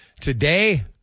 Today